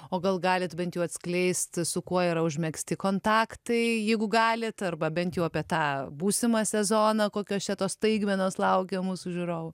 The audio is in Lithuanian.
o gal galit bent jau atskleist su kuo yra užmegzti kontaktai jeigu galit arba bent jau apie tą būsimą sezoną kokios čia tos staigmenos laukia mūsų žiūrovų